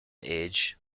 age